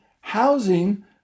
housing